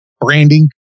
branding